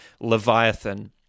Leviathan